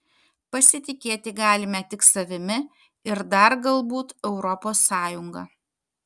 pasitikėti galime tik savimi ir dar galbūt europos sąjunga